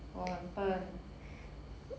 我很笨